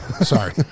Sorry